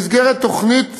במסגרת תוכנית